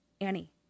Annie